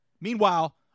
Meanwhile